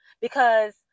because-